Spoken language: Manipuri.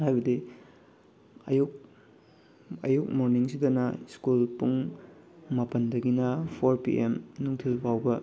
ꯍꯥꯏꯕꯗꯤ ꯑꯌꯨꯛ ꯑꯌꯨꯛ ꯃꯣꯔꯅꯤꯡꯁꯤꯗꯅ ꯁ꯭ꯀꯨꯜ ꯄꯨꯡ ꯃꯥꯄꯜꯗꯒꯤꯅ ꯐꯣꯔ ꯄꯤ ꯑꯦꯝ ꯅꯨꯡꯊꯤꯜ ꯐꯥꯎꯕ